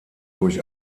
durch